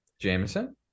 Jameson